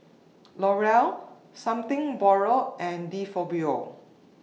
Laurier Something Borrowed and De Fabio